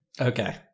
Okay